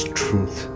truth